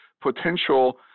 potential